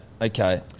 okay